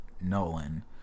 Nolan